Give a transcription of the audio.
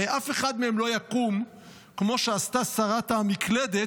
הרי אף אחד מהם לא יקום כמו שעשתה שרת המקלדת,